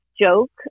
joke